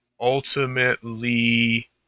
Ultimately